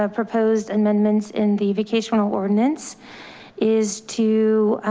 ah proposed amendments in the vacational ordinance is to